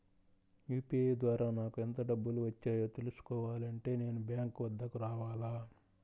UPI ద్వారా నాకు ఎంత మొత్తం డబ్బులు వచ్చాయో తెలుసుకోవాలి అంటే నేను బ్యాంక్ వద్దకు రావాలా?